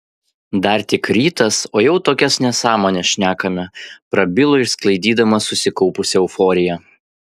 dar tik rytas o jau tokias nesąmones šnekame prabilo išsklaidydamas susikaupusią euforiją